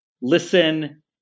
listen